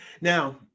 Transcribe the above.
Now